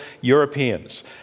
Europeans